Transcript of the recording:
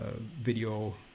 video